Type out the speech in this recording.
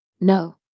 No